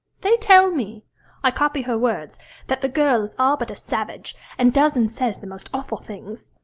they tell me i copy her words that the girl is all but a savage, and does and says the most awful things.